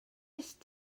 est